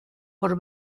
por